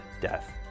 Death